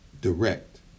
direct